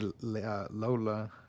Lola